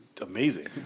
amazing